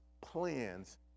plans